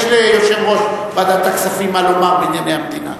יש ליושב-ראש ועדת הכספים מה לומר בענייני המדינה.